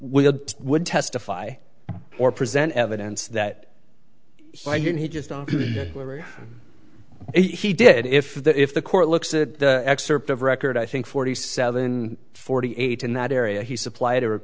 we would testify or present evidence that i mean he just he did if that if the court looks that excerpt of record i think forty seven forty eight in that area he supplied